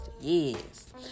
Yes